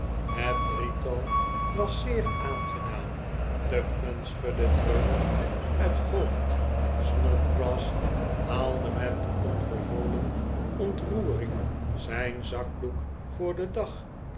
het drietal was zeer aangedaan tupman schudde treurig het hoofd snodgrass haalde met onverholen ontroering zijn zakdoek voor den dag